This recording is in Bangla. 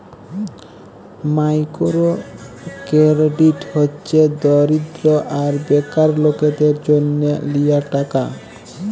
মাইকোরো কেরডিট হছে দরিদ্য আর বেকার লকদের জ্যনহ লিয়া টাকা